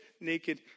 naked